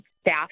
staff